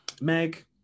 Meg